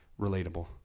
relatable